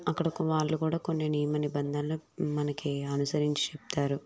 అక్కడకు వాళ్ళు కూడా కొన్ని నియమ నిబంధనలు మనకి అనుసరించి చెప్తారు